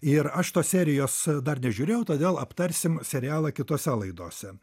ir aš tos serijos dar nežiūrėjau todėl aptarsim serialą kitose laidose